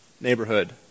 neighborhood